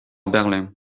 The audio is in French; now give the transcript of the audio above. berlin